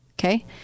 Okay